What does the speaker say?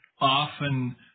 often